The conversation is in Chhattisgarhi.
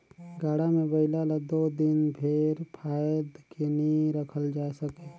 गाड़ा मे बइला ल दो दिन भेर फाएद के नी रखल जाए सके